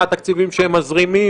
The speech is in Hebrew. מה התקציבים שהם מזרימים?